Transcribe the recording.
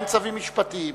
הם צווים משפטיים,